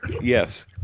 yes